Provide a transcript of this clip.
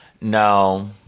No